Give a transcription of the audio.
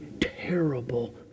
terrible